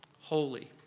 Holy